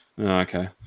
Okay